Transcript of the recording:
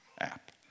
app